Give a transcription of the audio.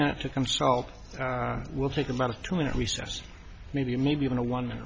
minute to consult we'll take about a two minute recess maybe maybe even a one minute